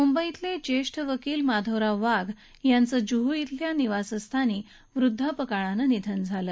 मुंबईतले ज्येष्ठ वकील माधवराव वाघ यांचं जुहू इथल्या निवासस्थानी वृद्वापकाळानं निधन झालं